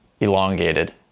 elongated